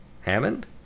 Hammond